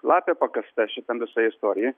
lapė pakasta šitam visoj istorijoj